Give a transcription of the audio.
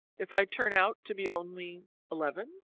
if i turn out to be only eleven?